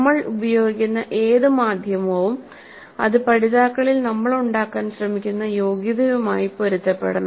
നമ്മൾ ഉപയോഗിക്കുന്ന ഏത് മാധ്യമവും അത് പഠിതാക്കളിൽ നമ്മൾ ഉണ്ടാക്കാൻ ശ്രമിക്കുന്ന യോഗ്യതയുമായി പൊരുത്തപ്പെടണം